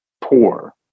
poor